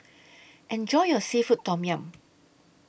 Enjoy your Seafood Tom Yum